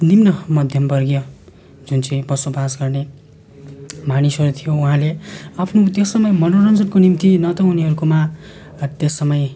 निम्न मध्यमवर्गीय जुन चाहिँ बसोबास गर्ने मानिसहरू थियो उहाँले आफ्नो त्यो समय मनोञ्जनको निम्ति न त उनीहरूकोमा त्यस समय